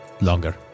longer